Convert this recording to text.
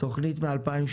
מדובר על תוכנית מ-2018.